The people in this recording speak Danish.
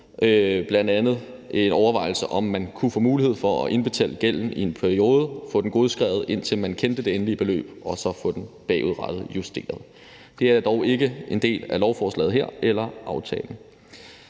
bl.a. havde en overvejelse om, om man kunne give mulighed for at indbetale gælden i en periode og få den godskrevet, indtil man kendte det endelige beløb, og så få den justeret bagudrettet. Det er dog ikke en del af lovforslaget her eller aftalen.